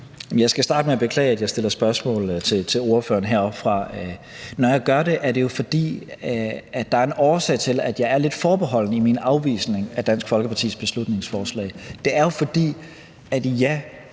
jeg skal starte med at beklage, at jeg stiller spørgsmål til ordføreren heroppefra. Når jeg gør det, er det jo, fordi der er en årsag til, at jeg er lidt forbeholden i min afvisning af Dansk Folkepartis beslutningsforslag. Det er jo, fordi der